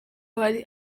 hari